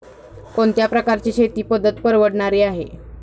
कोणत्या प्रकारची शेती पद्धत परवडणारी आहे?